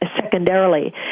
secondarily